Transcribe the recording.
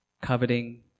coveting